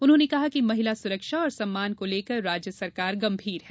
उन्होंने कहा कि महिला सुरक्षा और सम्मान को लेकर राज्य सरकार गंभीर है